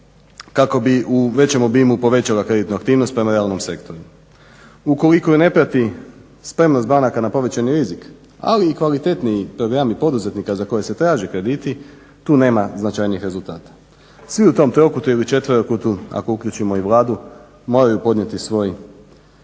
Kako bi u većem obimu povećala kreditnu aktivnost prema realnom sektoru. Ukoliko je ne prati spremnost banaka na povećani rizik, ali i kvalitetniji programi poduzetnika za koje se traže krediti, tu nema značajnijih rezultata. Svi u tom trokutu ili četverokutu, ako uključimo i Vladu moraju podnijeti svoj,